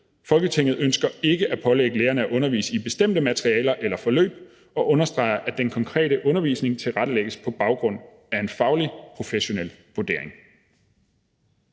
Folketinget ønsker ikke at pålægge lærerne at undervise i bestemte materialer eller forløb og understreger, at den konkrete undervisning tilrettelægges på baggrund af en faglig, professionel vurdering.«